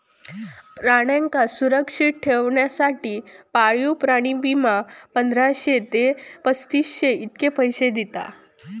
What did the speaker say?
प्राण्यांका सुरक्षित ठेवच्यासाठी पाळीव प्राणी विमा, पंधराशे ते पस्तीसशे इतके पैशे दिता